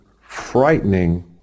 frightening